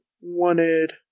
wanted